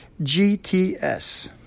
GTS